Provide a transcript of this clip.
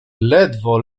ledwo